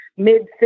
mid